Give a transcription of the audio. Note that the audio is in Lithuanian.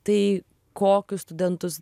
tai kokius studentus